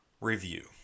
review